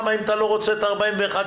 אוסאמה אם אתה לא רוצה את ה-41 מיליון,